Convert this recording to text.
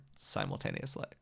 simultaneously